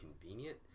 convenient